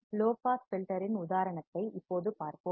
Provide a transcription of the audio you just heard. low pass filter இன் உதாரணத்தை இப்போது பார்ப்போம்